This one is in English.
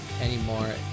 anymore